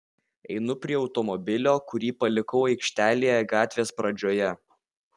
einu prie automobilio kurį palikau aikštelėje gatvės pradžioje